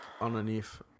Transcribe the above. underneath